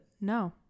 No